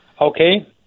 Okay